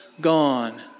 gone